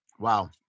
Wow